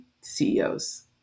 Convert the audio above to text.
CEOs